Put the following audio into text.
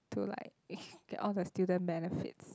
to like get all the student benefits